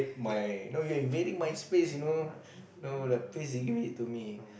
my know you're invading my space you know know that place give it to me